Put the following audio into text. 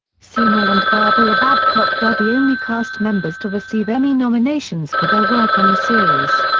seymour and barbara babcock were the only cast members to receive emmy nominations for their work on the series.